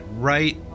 right